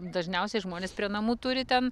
dažniausiai žmonės prie namų turi ten